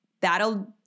that'll